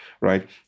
right